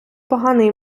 поганий